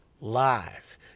live